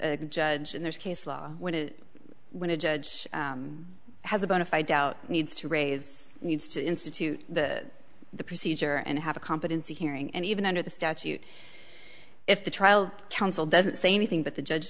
to judge in this case law when a judge has a bona fide doubt needs to raise needs to institute that the procedure and have a competency hearing and even under the statute if the trial counsel doesn't say anything but the judge